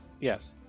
Yes